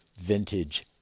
Vintage